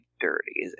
dirty